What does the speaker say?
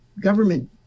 government